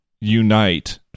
unite